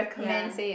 ya